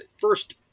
First